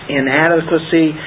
inadequacy